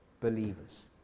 believers